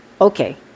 Okay